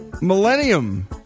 millennium